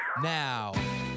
Now